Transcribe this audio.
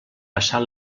passar